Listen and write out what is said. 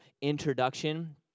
introduction